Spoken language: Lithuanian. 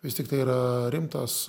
vis tik tai yra rimtas